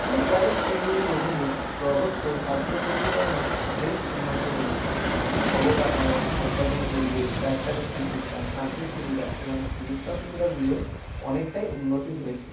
সরকারি স্কিমগুলির অধীনে প্রদত্ত স্বাস্থ্য পরিষেবার মান বেশ উন্নত হয়েছে অবকাঠামো হাসপাতালের পরিবেশ ডাক্তারের চিকিৎসা নার্সিং সুবিধা এবং চিকিৎসা সুবিধাগুলিও অনেকটাই উন্নতি হয়েছে